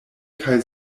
kaj